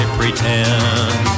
pretend